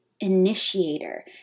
initiator